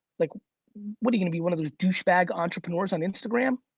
like what are you gonna be, one of those douchebag entrepreneurs on instagram?